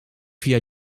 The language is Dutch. via